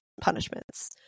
punishments